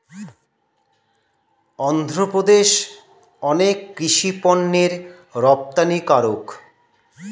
অন্ধ্রপ্রদেশ অনেক কৃষি পণ্যের রপ্তানিকারক